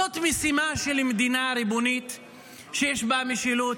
זאת משימה של מדינה ריבונית שיש בה משילות,